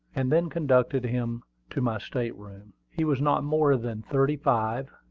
and then conducted him to my state-room. he was not more than thirty-five,